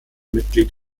mitglied